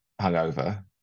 hungover